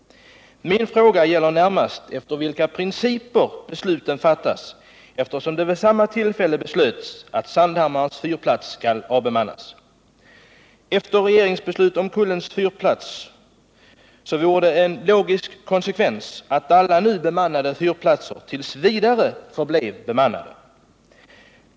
Min fråga gäller närmast efter vilka principer besluten fattas, eftersom det vid samma tillfälle beslöts att Sandhammarens fyrplats skulle avbemannas. en logisk konsekvens att alla nu bemannade fyrplatser tills vidare förblev bemannade.